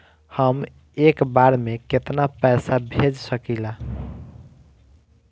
हम एक बार में केतना पैसा भेज सकिला?